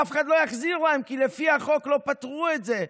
אף אחד לא יחזיר להם, כי לפי החוק לא פתרו את זה.